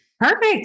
Perfect